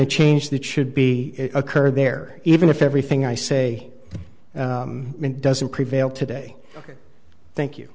a change that should be occur there even if everything i say doesn't prevail today ok thank you